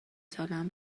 سالهام